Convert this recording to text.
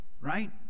right